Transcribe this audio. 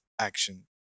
action